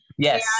Yes